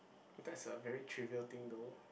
that's a very trivial thing though